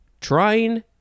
trying